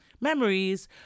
memories